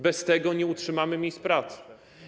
Bez tego nie utrzymamy miejsc pracy.